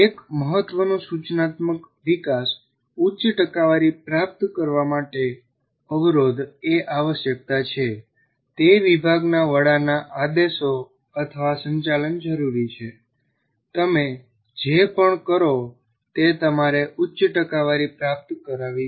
એક મહત્વનું સૂચનાત્મક વિકાસ ઉચ્ચ ટકાવારી પ્રાપ્ત કરવા માટે અવરોધ એ આવશ્યકતા છે તે વિભાગના વડા ના આદેશો અથવા સંચાલન જરૂરી છે તમે જે પણ કરો તે અમારે ઉચ્ચ ટકાવારી પ્રાપ્ત કરવી છે